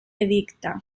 edicte